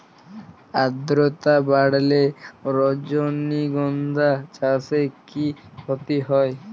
আদ্রর্তা বাড়লে রজনীগন্ধা চাষে কি ক্ষতি হয়?